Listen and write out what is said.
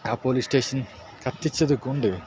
ആ police station കത്തിച്ചത് കൊണ്ട്